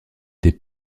des